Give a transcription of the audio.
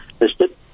listed